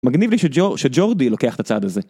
מגניב לי שג'ורדי לוקח את הצעד הזה.